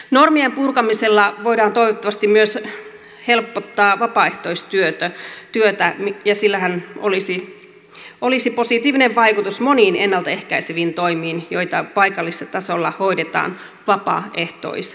normien purkamisella voidaan toivottavasti myös helpottaa vapaaehtoistyötä ja sillähän olisi positiivinen vaikutus moniin ennalta ehkäiseviin toimiin joita paikallistasolla hoidetaan vapaaehtoisvoimin